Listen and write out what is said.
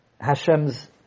Hashem's